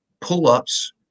pull-ups